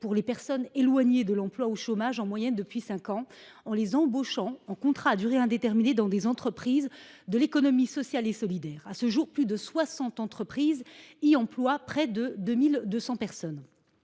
des personnes éloignées de l’emploi qui sont au chômage en moyenne depuis cinq ans étant embauchées en contrat à durée indéterminée dans des entreprises de l’économie sociale et solidaire. À ce jour, plus de 60 entreprises y emploient près de 2 200 personnes.